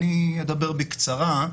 אני אדבר בקצרה.